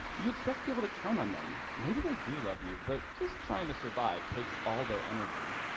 you expect people to count on them. maybe they do love you but just trying to survive takes all their energy.